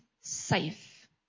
safe